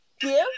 give